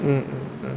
mm mm mm